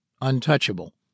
untouchable